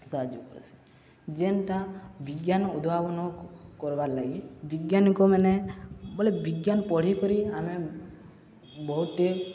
ସାହାଯ୍ୟ କର୍ସି ଯେନ୍ଟା ବିଜ୍ଞାନ ଉଦ୍ଭାବନ କର୍ବାର୍ ଲାଗି ବୈଜ୍ଞାନିକମାନେ ବୋଲେ ବିଜ୍ଞାନ ପଢ଼ିିକରି ଆମେ ବହୁତ୍ଟେ